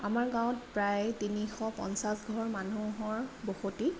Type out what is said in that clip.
আমাৰ গাঁৱত প্ৰায় তিনিশ পঞ্চাছ ঘৰ মানুহৰ বসতি